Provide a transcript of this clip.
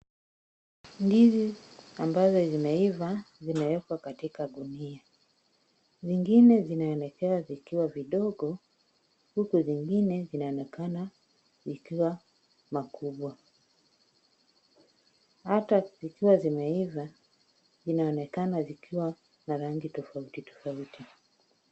Ndizi ambazo zimeiva zimewekwa katika gunia. Zingine zinaonekana zikiwa vidogo huku zingine zinaonekana zikiwa makubwa. Hata zikiwa zimeiva zinaonekana zikiwa na rangi tofauti tofauti.